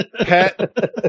Pet